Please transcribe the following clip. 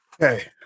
okay